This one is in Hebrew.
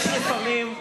יש לפעמים,